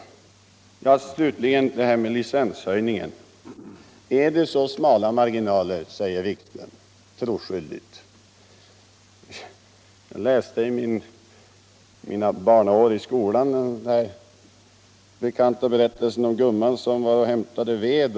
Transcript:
Slutligen har vi det här med licenshöjningen. Är det så smala marginaler när det gäller medelstillgången? frågar herr Wikström troskyldigt. Jag läste under mina barnaår i skolan den bekanta berättelsen om gumman som var och hämtade ved.